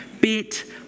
bit